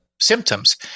symptoms